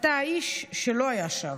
אתה האיש שלא היה שם.